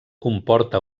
comporta